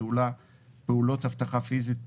"פעולות אבטחה פיזית",